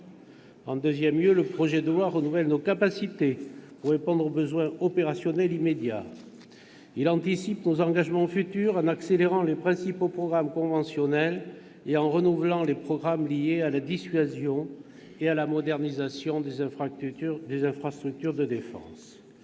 En deuxième lieu, le projet de loi renouvelle nos capacités, pour répondre aux besoins opérationnels immédiats. Il anticipe nos engagements futurs, en accélérant les principaux programmes conventionnels et en renouvelant les programmes liés à la dissuasion et à la modernisation des infrastructures de défense.